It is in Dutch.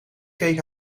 keek